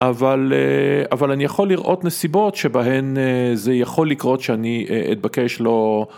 אבל אני יכול לראות נסיבות שבהן זה יכול לקרות שאני אתבקש לא...